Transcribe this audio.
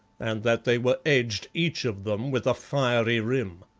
and that they were edged, each of them, with a fiery rim.